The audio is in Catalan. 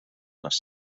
les